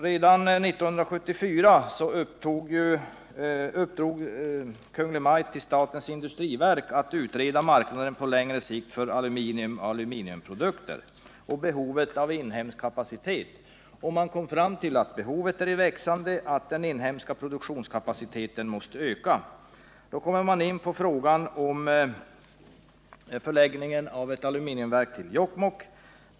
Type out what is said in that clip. Redan 1974 uppdrog Kungl. Maj:t åt statens industriverk att utreda marknaden på längre sikt för aluminiumprodukter och behovet av inhemsk kapacitet. Man kom fram till att behovet växer och att den inhemska produktionskapaciteten måste ökas. Då kom man också in på frågan om förläggningen av ett aluminiumverk till Jokkmokks kommun.